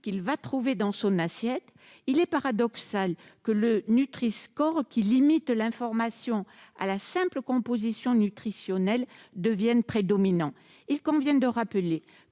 qu'il va trouver dans son assiette, il est paradoxal que le Nutri-score, qui limite l'information à la simple composition nutritionnelle, devienne prédominant. Il convient de le rappeler,